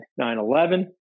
9-11